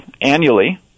annually